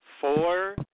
Four